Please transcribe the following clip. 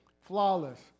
flawless